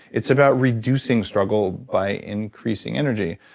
it's about reducing struggle by increasing energy.